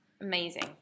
Amazing